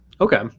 okay